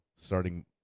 starting